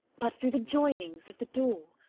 but through the joinings of the door.